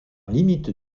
limite